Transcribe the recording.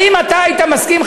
האם אתה היית מסכים,